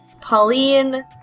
Pauline